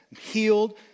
healed